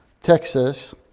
Texas